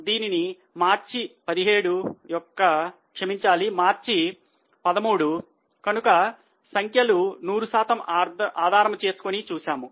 దీనిని మార్చి 17 యొక్క క్షమించాలి మార్చి 13 కనుక సంఖ్యలు 100 ఆధారం చేసుకొని చూశాము